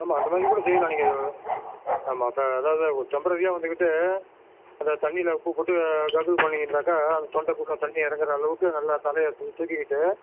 ஆமாம் அந்த மாதிரி கூட செய்யலாம் நீங்கள் ஆமாம் அப்போ அதாவது ஒரு டெம்ப்ரரியாக வந்துக்கிட்டு அந்த தண்ணியில் உப்புப் போட்டு ககுள் பண்ணீங்கன்னாக்கா அந்த தொண்டகுள்ள தண்ணி இறங்குற அளவுக்கு நல்லா தலையை தூக்கிட்டு